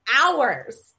hours